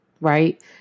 right